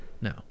No